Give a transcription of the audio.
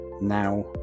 now